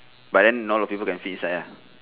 but then not a lot of people can fit inside ah